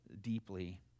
deeply